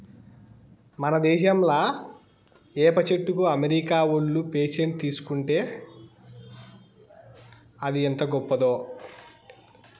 మన దేశంలా ఏప చెట్టుకి అమెరికా ఓళ్ళు పేటెంట్ తీసుకుంటే అది ఎంత గొప్పదో